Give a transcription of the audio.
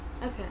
Okay